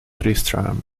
tristram